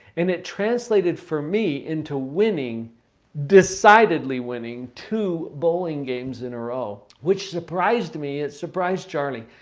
and it translated for me into winning decidedly winning two bowling games in a row. which surprised me it surprised charlie.